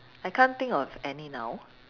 I can't think of any now